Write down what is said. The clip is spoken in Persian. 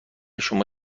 شما